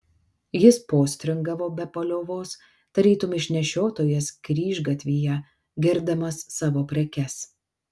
jis postringavo be paliovos tarytum išnešiotojas kryžgatvyje girdamas savo prekes